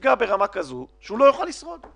נפגע ברמה כזאת שהוא לא יוכל לשרוד.